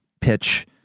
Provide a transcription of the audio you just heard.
pitch